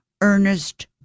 Ernest